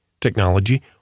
technology